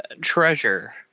treasure